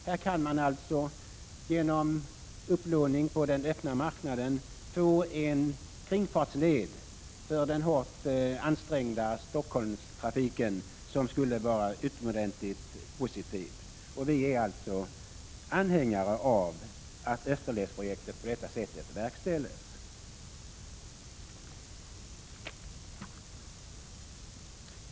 Här kan man alltså genom upplåning på den öppna marknaden få en kringfartsled för den hårt ansträngda Stockholmstrafiken som skulle bli utomordentligt positiv. Vi är alltså anhängare av att Österledsprojektet på detta sätt verkställs.